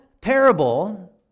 parable